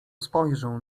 spojrzę